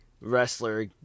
wrestler